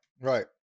Right